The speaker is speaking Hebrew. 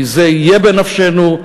כי זה יהיה בנפשנו,